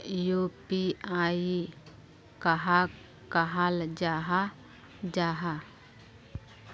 UPI कहाक कहाल जाहा जाहा?